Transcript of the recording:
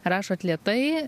rašot lėtai